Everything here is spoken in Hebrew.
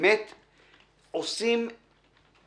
באמת עושים,